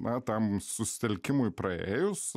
na tam susitelkimui praėjus